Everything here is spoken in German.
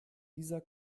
dieser